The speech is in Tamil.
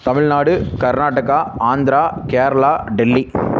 தமிழ்நாடு கர்நாடகா ஆந்திரா கேரளா டெல்லி